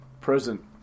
present